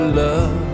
love